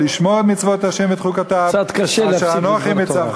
לשמֹר את מצוות ה' ואת חֻקֹתיו" קצת קשה להפסיק בדבר תורה.